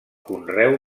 conreu